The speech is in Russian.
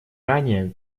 ранее